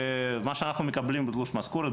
במה שאנחנו מקבלים בתלוש משכורת,